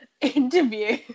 interview